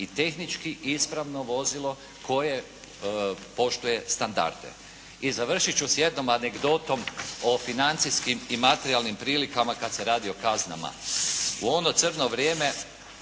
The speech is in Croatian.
i tehnički i ispravno vozilo koje poštuje standarde. I završit ću s jednom anegdotom o financijskim i materijalnim prilikama kad se radi o kaznama. U ono crno vrijeme